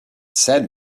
said